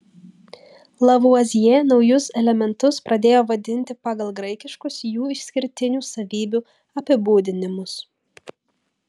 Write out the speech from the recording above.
lavuazjė naujus elementus pradėjo vadinti pagal graikiškus jų išskirtinių savybių apibūdinimus